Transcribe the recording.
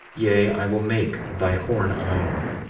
yea, i will make thy horn iron,